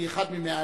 אני אחד מ-120,